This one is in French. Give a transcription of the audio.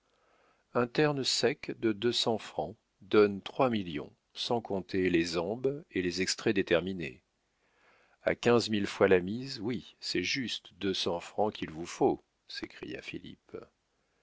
un terne sec de deux cents francs donne trois millions sans compter les ambes et les extraits déterminés a quinze mille fois la mise oui c'est juste deux cents francs qu'il vous faut s'écria philippe